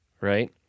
right